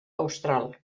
austral